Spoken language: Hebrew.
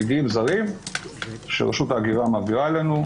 מגיעים זרים שרשות ההגירה מעבירה אלינו,